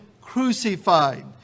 crucified